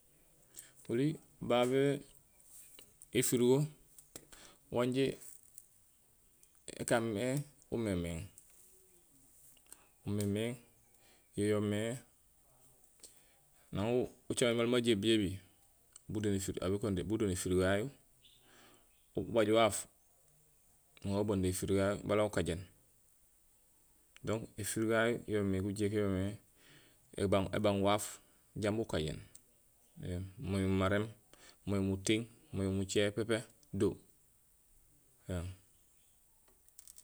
Oli babé éfiirgo wanjé ékaaméé umémééŋ, umémééŋ yo yoomé naŋ ucaméén maal ma jébijébi, budo néfiirgo aw békando budo néfiirgo yayu, ubaaj waaf nuŋaar ubando éfiirgo yayu bala ukajéén donc éfiirgo yayu yo yoomé gujékuyo yoomé é-ébang waaf janbi ukajéén éém mooy maréém mooy mutiiŋ mooy mucé pépé do éém